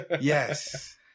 Yes